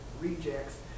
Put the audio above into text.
rejects